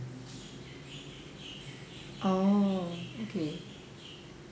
oh okay